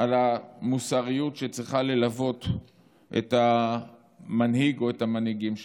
על המוסריות שצריכה ללוות את המנהיג או המנהיגים שלנו.